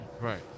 Right